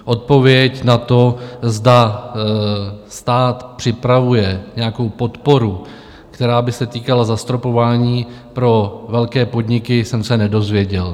Odpověď na to, zda stát připravuje nějakou podporu, která by se týkala zastropování pro velké podniky, jsem se nedozvěděl.